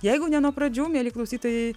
jeigu ne nuo pradžių mieli klausytojai